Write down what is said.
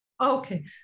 Okay